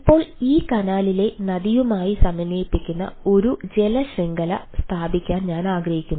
ഇപ്പോൾ ഈ കനാലിനെ നദിയുമായി സമന്വയിപ്പിക്കുന്ന ഒരു ജല ശൃംഖല സ്ഥാപിക്കാൻ ഞാൻ ആഗ്രഹിക്കുന്നു